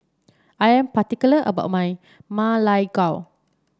I am particular about my Ma Lai Gao